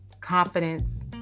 confidence